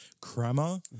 crema